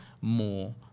more